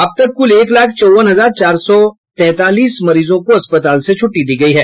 अब तक कुल एक लाख चौवन हजार चार सौ तैंतालीस मरीजों को अस्पताल से छुट्टी दी गयी है